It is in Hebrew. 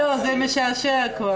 זה כבר משעשע.